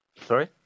Sorry